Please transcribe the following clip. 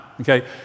okay